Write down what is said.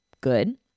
good